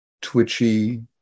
twitchy